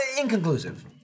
Inconclusive